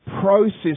process